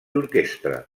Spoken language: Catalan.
orquestra